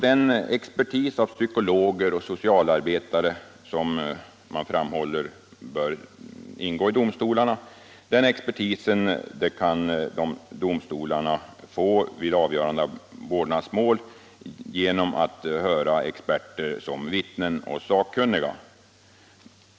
Den expertis av psykologer och socialarbetare som, enligt vad man framhåller, bör ingå i domstolarna vid avgörande av vårdnadsmål kan domstolarna få genom att höra sådana experter som vittnen och sakkunniga.